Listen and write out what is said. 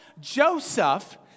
Joseph